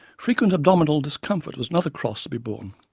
frequent abdominal discomfort was another cross to be borne.